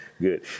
Good